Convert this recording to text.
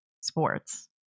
sports